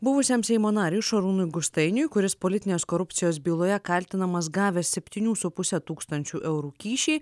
buvusiam seimo nariui šarūnui gustainiui kuris politinės korupcijos byloje kaltinamas gavęs septynių su puse tūkstančių eurų kyšį